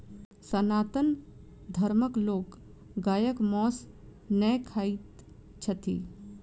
सनातन धर्मक लोक गायक मौस नै खाइत छथि